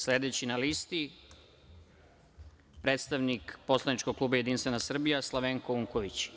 Sledeći na listi predstavnik poslaničkog kluba Jedinstvena Srbija Slavenko Unković.